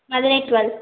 Madurai twelve